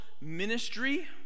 ministry